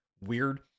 Weird